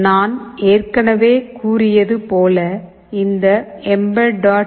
நான் ஏற்கனவே கூறியது போல இந்த எம்பெட்